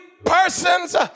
Persons